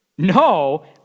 no